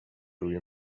روی